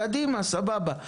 קדימה, סבבה,